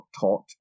taught